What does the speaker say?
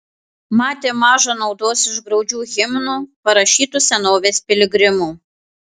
matė maža naudos iš graudžių himnų parašytų senovės piligrimų